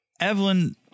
Evelyn